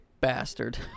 bastard